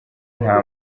nta